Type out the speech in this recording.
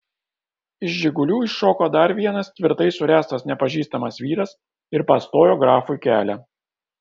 iš žigulių iššoko dar vienas tvirtai suręstas nepažįstamas vyras ir pastojo grafui kelią